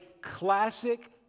classic